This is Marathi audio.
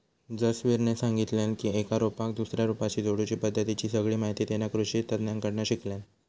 जसवीरने सांगितल्यान की एका रोपाक दुसऱ्या रोपाशी जोडुची पद्धतीची सगळी माहिती तेना कृषि तज्ञांकडना शिकल्यान